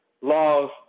laws